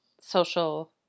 social